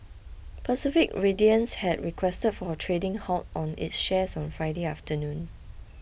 Pacific Radiance had requested for a trading halt on its shares on Friday afternoon